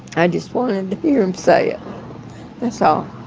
i just wanted to hear him say it. that's all